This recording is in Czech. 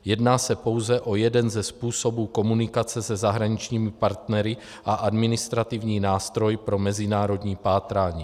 Jedná se pouze o jeden ze způsobů komunikace se zahraničními partnery a administrativní nástroj pro mezinárodní pátrání.